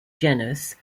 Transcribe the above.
genus